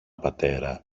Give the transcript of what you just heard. πατέρα